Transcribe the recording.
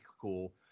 cool